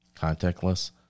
contactless